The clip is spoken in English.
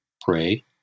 pray